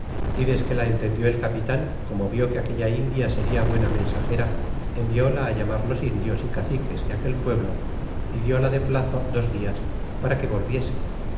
y desque a entendió el capitan como vió que aquella india seria buena mensagera envióla llamar los indios y caciques de aquel pueblo y dióla de plazo dos dias para que volviese